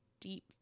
deep